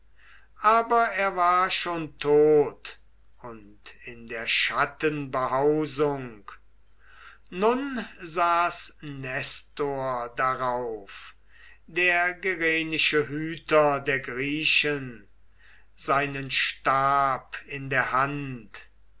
aber er war schon tot und in der schatten behausung nun saß nestor darauf der gerenische hüter der griechen seinen stab in der hand